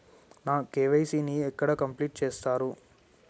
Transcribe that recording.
నా కే.వై.సీ ని ఎక్కడ కంప్లీట్ చేస్తరు?